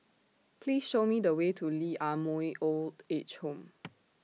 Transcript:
Please Show Me The Way to Lee Ah Mooi Old Age Home